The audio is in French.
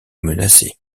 menacé